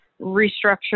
restructure